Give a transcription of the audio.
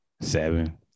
seven